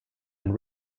and